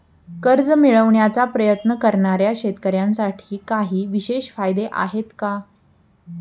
कर्ज मिळवण्याचा प्रयत्न करणाऱ्या शेतकऱ्यांसाठी काही विशेष फायदे आहेत का?